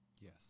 Yes